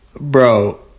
Bro